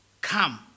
come